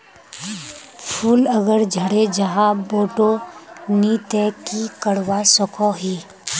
फूल अगर झरे जहा बोठो नी ते की करवा सकोहो ही?